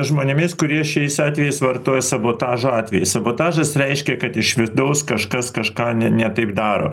žmonėmis kurie šiais atvejais vartoja sabotažo atvejis sabotažas reiškia kad iš vidaus kažkas kažką ne ne taip daro